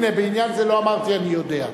הנה, בעניין זה לא אמרתי "אני יודע".